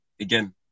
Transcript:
again